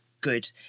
good